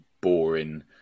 boring